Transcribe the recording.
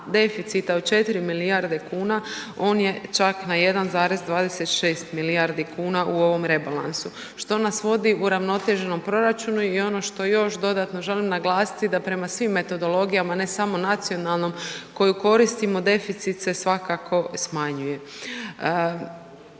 deficita od 4 milijarde kuna on je čak na 1,26 milijardi kuna u ovom rebalansu što nas vodi uravnoteženom proračunu i ono što još dodatno želim naglasiti da prema svim metodologijama ne samo nacionalnom koju koristimo deficit se svakako smanjuje.